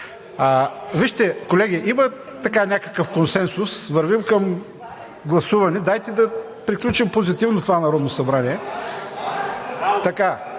Вижте, колеги, има някакъв консенсус, вървим към гласуване. Дайте да приключим позитивно това Народно събрание.